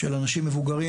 של אנשים מבוגרים.